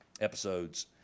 episodes